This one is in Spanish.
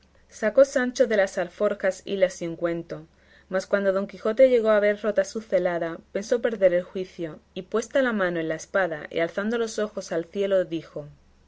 sacó sancho de las alforjas hilas y ungüento mas cuando don quijote llegó a ver rota su celada pensó perder el juicio y puesta la mano en la espada y alzando los ojos al cielo dijo